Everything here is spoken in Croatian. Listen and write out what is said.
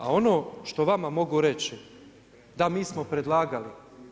A ono što vama mogu reći, da mi smo predlagali.